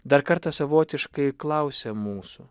dar kartą savotiškai klausia mūsų